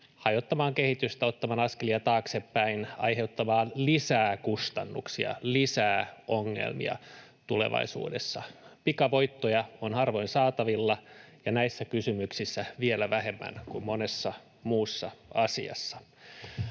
hajottamaan kehitystä, ottamaan askelia taaksepäin, aiheuttamaan lisää kustannuksia, lisää ongelmia tulevaisuudessa. Pikavoittoja on harvoin saatavilla, ja näissä kysymyksissä vielä vähemmän kuin monessa muussa asiassa.